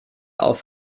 auf